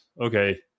okay